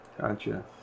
Gotcha